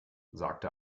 sagte